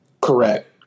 correct